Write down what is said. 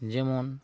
ᱡᱮᱢᱚᱱ